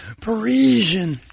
Parisian